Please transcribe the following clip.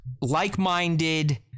like-minded